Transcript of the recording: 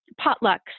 potlucks